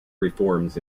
reforms